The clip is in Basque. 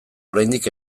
oraindik